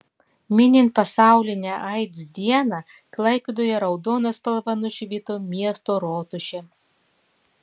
minint pasaulinę aids dieną klaipėdoje raudona spalva nušvito miesto rotušė